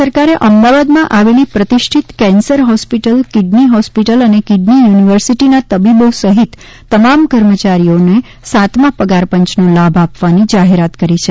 રાજ્ય સરકારે અમદાવાદમાં આવેલી પ્રતિષ્ઠિત કેન્સર હોસ્પિટલ કીડની હોસ્પિટલ અને કીડની યુનિવર્સિટીના તબીબો સહિત તમામ કર્મચારીઓને સાતમા પગારપંયનો લાભ આપવાની જાહેરાત કરી છે